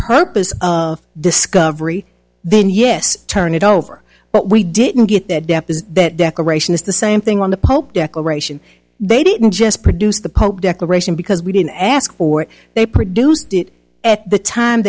purpose of discovery then yes turn it over but we didn't get that dep is that declaration is the same thing on the pope declaration they didn't just produce the pope declaration because we didn't ask for it they produced it at the time